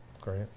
Great